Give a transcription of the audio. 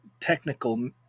technical